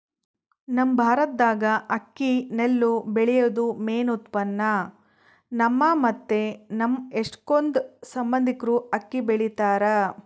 ನಮ್ ಭಾರತ್ದಾಗ ಅಕ್ಕಿ ನೆಲ್ಲು ಬೆಳ್ಯೇದು ಮೇನ್ ಉತ್ಪನ್ನ, ನಮ್ಮ ಮತ್ತೆ ನಮ್ ಎಷ್ಟಕೊಂದ್ ಸಂಬಂದಿಕ್ರು ಅಕ್ಕಿ ಬೆಳಿತಾರ